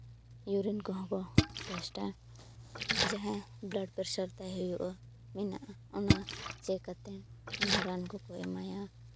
urine ᱠᱚ ᱦᱚᱸ ᱠᱚ ᱴᱮᱥᱴᱟ ᱡᱟᱦᱟᱸᱭ ᱵᱞᱟᱰ ᱯᱮᱥᱟᱨ ᱛᱟᱭ ᱦᱩᱭᱩᱜᱼᱟ ᱢᱮᱱᱟᱜᱼᱟ ᱚᱱᱟ ᱪᱮᱠ ᱟᱛᱮᱱ ᱚᱱᱟ ᱨᱟᱱ ᱠᱚ ᱠᱚ ᱮᱢᱟᱭᱟ